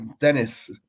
Dennis